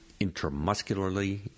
intramuscularly